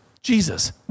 Jesus